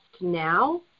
now